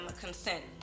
consent